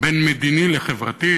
בין מדיני לחברתי,